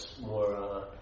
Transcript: more